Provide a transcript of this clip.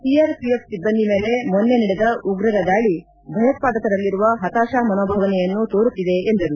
ಒಆರ್ಒಎಫ್ ಸಿಬ್ಲಂದಿ ಮೇಲೆ ಮೊನ್ನೆ ನಡೆದ ಉಗ್ರರ ದಾಳಿ ಭಯೋತ್ಪಾದಕರಲ್ಲಿರುವ ಹತಾಶ ಮನೋಭಾವನೆಯನ್ನು ತೋರುತ್ತಿದೆ ಎಂದರು